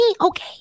Okay